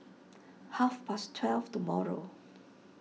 half past twelve tomorrow